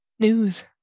News